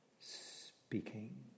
speaking